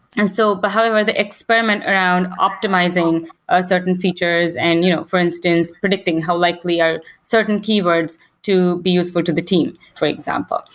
and so but however, the experiment around optimizing ah certain features, and you know for instance predicting how likely are certain keywords to be useful to the team, for example.